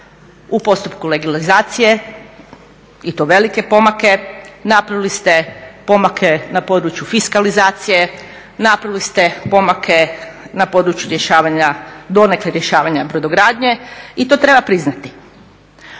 u postupku legalizacije i to velike pomake. Napravili ste pomake na području fiskalizacije. Napravili ste pomake na području rješavanja, donekle rješavanja brodogradnje i to treba priznati